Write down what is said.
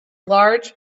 large